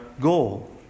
goal